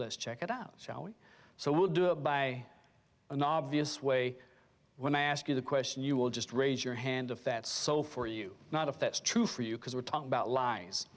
let's check it out shall we so we'll do it by an obvious way when i ask you the question you will just raise your hand if that so for you not if that's true for you because we're talking about lies